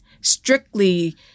strictly